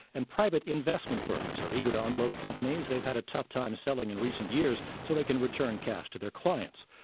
and private investment firms are eager to unload companies they've had a tough time selling in recent years, so they can return cash to their clients.